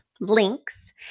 links